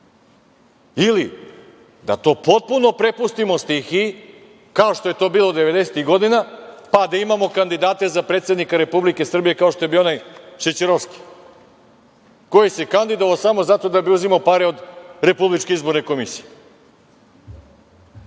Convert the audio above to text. Ili da to potpuno prepustimo stihiji kao što je bilo devedesetih godina, pa da imamo kandidate za predsednika Republike Srbije kao što je bio onaj Šećerovski, koji se kandidovao samo zato da bi uzimao pare od RIK.Nemojte.